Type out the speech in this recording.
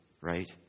Right